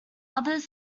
others